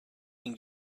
been